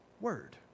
word